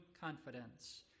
confidence